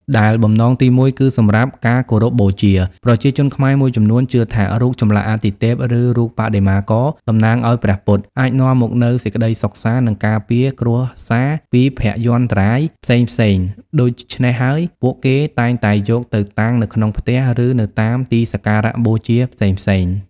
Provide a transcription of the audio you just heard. ដែលបំណងទីមួយ គឺសម្រាប់ ការគោរពបូជា ប្រជាជនខ្មែរមួយចំនួនជឿថា រូបចម្លាក់អាទិទេព ឬរូបបដិមាករតំណាងឱ្យព្រះពុទ្ធ អាចនាំមកនូវសេចក្តីសុខសាន្ត និងការពារគ្រួសារពីភយន្តរាយផ្សេងៗ ដូច្នេះហើយ ពួកគេតែងតែយកទៅតាំងនៅក្នុងផ្ទះ ឬនៅតាមទីសក្ការបូជាផ្សេងៗ។